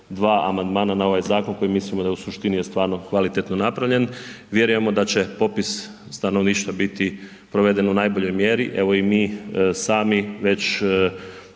dva amandmana na ovaj zakon koji mislimo da je u suštini stvarno kvalitetno napravljen. Vjerujemo da će popis stanovništva biti proveden u najboljoj mjeri, evo i mi sami već